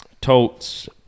totes